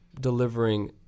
delivering